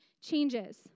changes